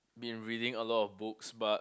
been reading a lot of books but